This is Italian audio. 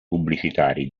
pubblicitari